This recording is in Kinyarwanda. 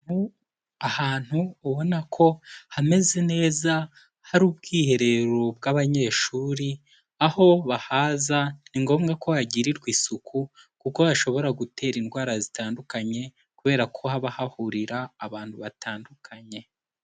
Ahantu ubona ko hameze neza hari ubwiherero bw'abanyeshuri, aho bahaza ni ngombwa ko hagirirwa isuku kuko hashobora gutera indwara zitandukanye, kubera ko haba hahurira abantu batandukanye.